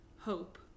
Hope